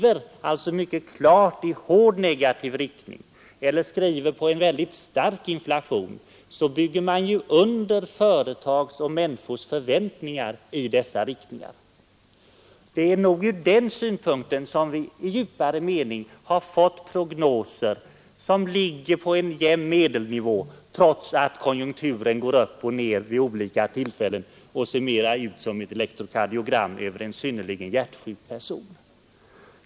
Om man skriver mycket hårt i negativ riktning om konjunkturen eller om en mycket stark inflation, bygger man i så fall under företags och människors förväntningar i dessa hänseenden. Detta är nog i djupare mening anledningen till att vi fått prognoser som ligger på en jämn medelnivå, trots att konjunkturerna i verkligheten går upp och ned vid olika tillfällen och ser mera ut som ett elektrokardiogram över en synnerligen hjärtsjuk person.